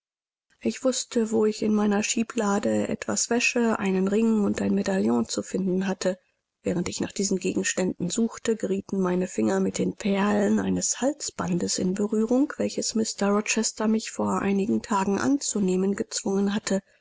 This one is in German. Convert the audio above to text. ich wußte wo ich in meiner schieblade etwas wäsche einen ring und ein medaillon zu finden hatte während ich nach diesen gegenständen suchte gerieten meine finger mit den perlen eines halsbandes in berührung welches mr rochester mich vor einigen tagen anzunehmen gezwungen hatte